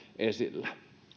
esillä